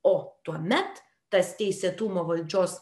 o tuomet tas teisėtumo valdžios